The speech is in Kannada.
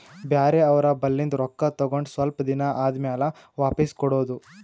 ಬ್ಯಾರೆ ಅವ್ರ ಬಲ್ಲಿಂದ್ ರೊಕ್ಕಾ ತಗೊಂಡ್ ಸ್ವಲ್ಪ್ ದಿನಾ ಆದಮ್ಯಾಲ ವಾಪಿಸ್ ಕೊಡೋದು